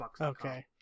Okay